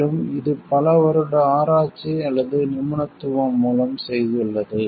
மேலும் இது பல வருட ஆராய்ச்சி அல்லது நிபுணத்துவம் மூலம் செய்துள்ளது